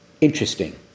interesting